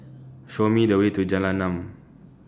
Show Me The Way to Jalan Enam